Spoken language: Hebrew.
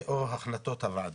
"ו/או החלטות הוועדה".